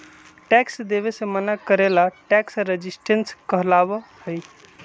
tax देवे से मना करे ला टैक्स रेजिस्टेंस कहलाबा हई